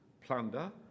plunder